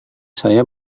saya